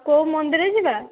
କେଉଁ ମନ୍ଦିର ଯିବା